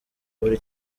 buri